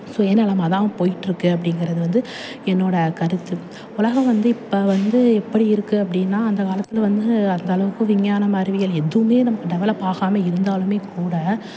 சுயநலமாக தான் போயிட்டுருக்கு அப்படிங்கிறது வந்து என்னோடய கருத்து உலகம் வந்து இப்போ வந்து எப்படி இருக்குது அப்படின்னா அந்த காலத்தில் வந்து அந்தளவுக்கு விஞ்ஞானம் அறிவியல் எதுவும் நமக்கு டெவலப் ஆகாமல் இருந்தாலும் கூட